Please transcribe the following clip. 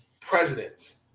presidents